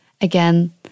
again